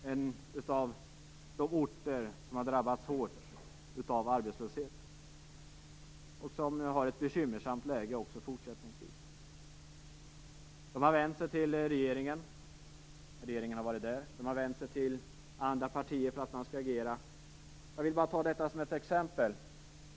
Det är en av de orter som har drabbats hårt av arbetslöshet och som har ett bekymmersamt läge också fortsättningsvis. Man har vänt sig till regeringen, och regeringen har varit där. Man har vänt sig till andra partier för att de skall agera. Jag vill ta det som ett exempel.